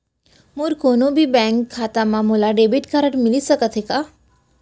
मोर कोनो भी बैंक खाता मा मोला डेबिट कारड मिलिस सकत हे का?